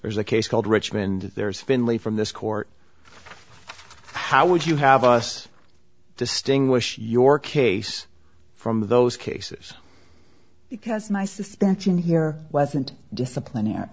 there's a case called richmond there's finlay from this court how would you have us distinguish your case from those cases because my suspension here wasn't discipline yet